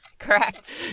Correct